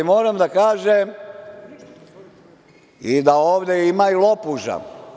Moram da kažem i da ovde ima i lopuža.